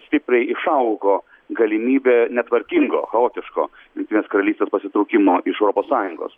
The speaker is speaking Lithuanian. stipriai išaugo galimybė netvarkingo chaotiško jungtinės karalystės pasitraukimo iš europos sąjungos